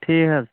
ٹھیٖک حظ